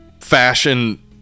fashion